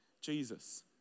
Jesus